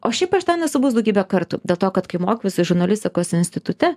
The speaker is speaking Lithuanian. o šiaip aš ten esu buvus daugybę kartų dėl to kad kai mokiausi žurnalistikos institute